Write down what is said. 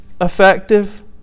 effective